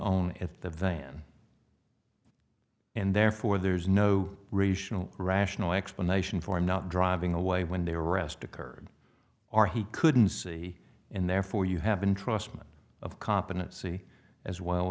on and the van and therefore there's no racial rational explanation for not driving away when they arrest occurred or he couldn't see and therefore you have been trusting of competency as well